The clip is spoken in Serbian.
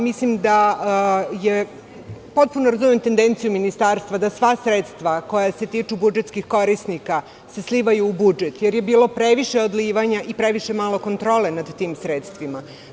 Potpuno razumem tendenciju ministarstva da se sva sredstva koja se tiču budžetskih korisnika slivaju u budžet, jer je bilo previše odlivanja i previše malo kontrole nad tim sredstvima.